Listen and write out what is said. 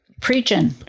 Preaching